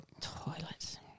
Toilet